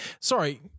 Sorry